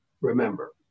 remember